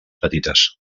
petites